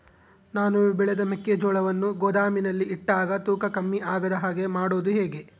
ನಾನು ಬೆಳೆದ ಮೆಕ್ಕಿಜೋಳವನ್ನು ಗೋದಾಮಿನಲ್ಲಿ ಇಟ್ಟಾಗ ತೂಕ ಕಮ್ಮಿ ಆಗದ ಹಾಗೆ ಮಾಡೋದು ಹೇಗೆ?